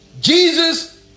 Jesus